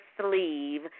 sleeve